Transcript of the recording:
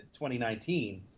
2019